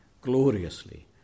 gloriously